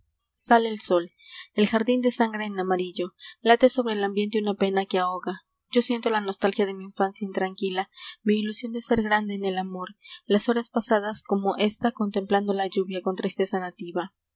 sale el sol el jardín desangra en amarillo late sobre el ambiente una pena que ahoga yo siento la nostalgia de mi infancia intranquila uli ilusión de ser grande en el amor las horas pasadas como ésta contemplando la lluvia con tristeza nativa